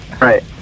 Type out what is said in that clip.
Right